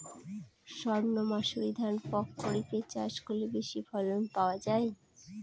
সর্ণমাসুরি ধান প্রক্ষরিপে চাষ করলে বেশি ফলন পাওয়া যায়?